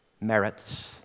merits